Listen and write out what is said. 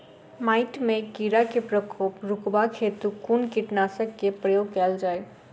माटि मे कीड़ा केँ प्रकोप रुकबाक हेतु कुन कीटनासक केँ प्रयोग कैल जाय?